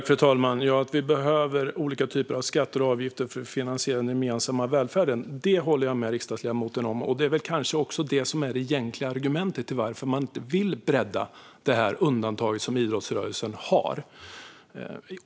Fru talman! Att vi behöver olika typer av skatter och avgifter för att finansiera den gemensamma välfärden håller jag med riksdagsledamoten om. Och det kanske är det som är det egentliga argumentet för att man inte vill bredda det undantag som idrottsrörelsen har.